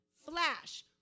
Flash